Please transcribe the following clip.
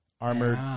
armored